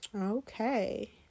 Okay